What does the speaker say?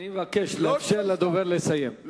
אני מבקש לאפשר לדובר לסיים.